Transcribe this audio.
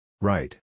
Right